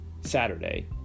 Saturday